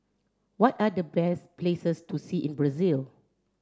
what are the best places to see in Brazil